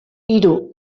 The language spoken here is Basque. hiru